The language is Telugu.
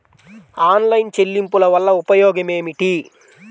ఆన్లైన్ చెల్లింపుల వల్ల ఉపయోగమేమిటీ?